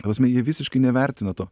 ta prasme jie visiškai nevertina to